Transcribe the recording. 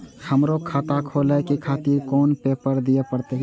हमरो खाता खोले के खातिर कोन पेपर दीये परतें?